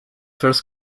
first